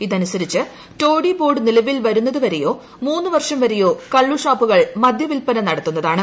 ഇതനുസരിച്ച് toddy board നിലവിൽ വരുന്നതുവരെയോ മൂന്നു വർഷം വരെയോ കള്ളുഷാപ്പുകൾക്ക് വിൽപ്പന നടത്താം